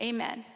Amen